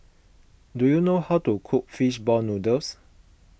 do you know how to cook Fish Ball Noodles